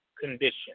condition